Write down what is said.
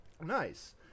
Nice